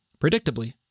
Predictably